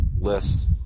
list